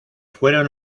fueron